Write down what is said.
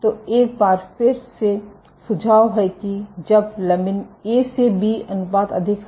तो एक बार फिर से सुझाव है कि जब लमिन ए से बी अनुपात अधिक है